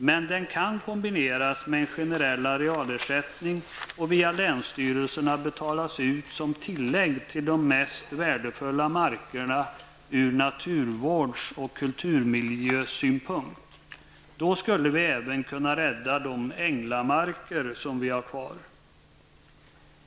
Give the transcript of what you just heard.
Men det kan kombineras med en generell arealersättning och via länsstyrelserna betalas ut som tillägg till de mest värdefulla markerna ur naturvårds och kulturmiljösynpunkt. Då skulle vi även kunna rädda de ''änglamarker'' som vi har kvar.